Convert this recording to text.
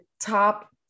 top